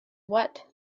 what